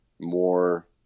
more